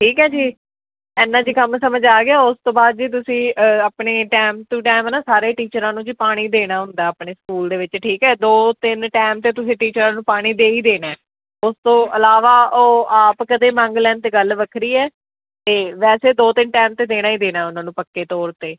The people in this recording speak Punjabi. ਠੀਕ ਹੈ ਜੀ ਇੰਨਾ ਜੇ ਕੰਮ ਸਮਝ ਆ ਗਿਆ ਉਸ ਤੋਂ ਬਾਅਦ ਜੀ ਤੁਸੀਂ ਆਪਣੇ ਟਾਈਮ ਟੂ ਟਾਈਮ ਨਾ ਸਾਰੇ ਟੀਚਰਾਂ ਨੂੰ ਜੀ ਪਾਣੀ ਦੇਣਾ ਹੁੰਦਾ ਆਪਣੇ ਸਕੂਲ ਦੇ ਵਿੱਚ ਠੀਕ ਹੈ ਦੋ ਤਿੰਨ ਟਾਈਮ 'ਤੇ ਤੁਸੀਂ ਟੀਚਰਾਂ ਨੂੰ ਪਾਣੀ ਦੇ ਹੀ ਦੇਣਾ ਉਸ ਤੋਂ ਇਲਾਵਾ ਉਹ ਆਪ ਕਦੇ ਮੰਗ ਲੈਣ ਤਾਂ ਗੱਲ ਵੱਖਰੀ ਹੈ ਅਤੇ ਵੈਸੇ ਦੋ ਤਿੰਨ ਟਾਈਮ 'ਤੇ ਦੇਣਾ ਹੀ ਦੇਣਾ ਉਹਨਾਂ ਨੂੰ ਪੱਕੇ ਤੌਰ 'ਤੇ